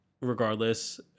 Regardless